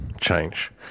change